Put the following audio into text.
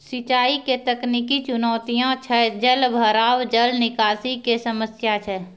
सिंचाई के तकनीकी चुनौतियां छै जलभराव, जल निकासी के समस्या छै